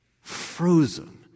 frozen